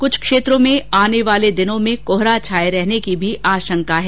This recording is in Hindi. कुछ क्षेत्रों में आने वाले दिनों में कोहरा छाये रहने की भी आशंका है